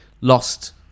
lost